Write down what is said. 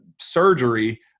surgery